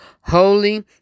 holy